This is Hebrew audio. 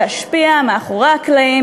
להשפיע מאחורי הקלעים,